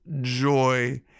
joy